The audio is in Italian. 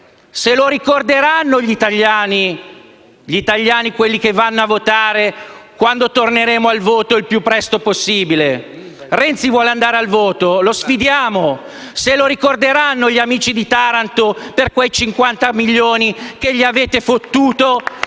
Se lo ricorderanno gli italiani, quelli che vanno a votare, quando torneremo al voto, il più presto possibile. Renzi vuole andare al voto? Lo sfidiamo. Si ricorderanno, gli amici di Taranto, di quei 50 milioni che gli avete fottuto